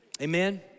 Amen